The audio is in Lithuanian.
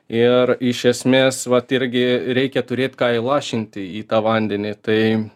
ir iš esmės vat irgi reikia turėt ką įlašinti į tą vandenį tai